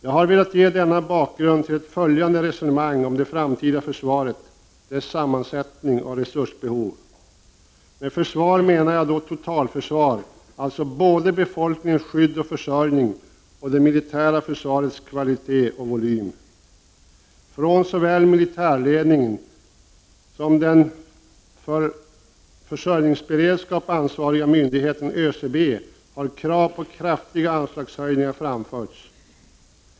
Jag har velat ge denna bakgrund till ett följande resonemang om det framtida försvaret, dess sammansättning och resursbehov. Med försvar menar jag då totalförsvar, alltså både befolkningens skydd och försörjning och det militära försvarets kvalitet och volym. Från såväl militärledning som den för försörjningsberedskap ansvariga myndigheten ÖCB har krav på kraftiga anslagshöjningar framförts.